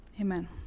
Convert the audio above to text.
Amen